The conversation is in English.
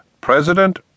President